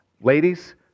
Ladies